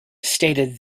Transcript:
stated